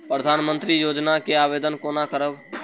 प्रधानमंत्री योजना के आवेदन कोना करब?